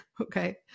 Okay